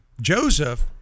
Joseph